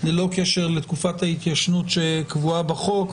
ללא קשר לתקופת ההתיישנות שקבועה בחוק,